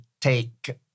take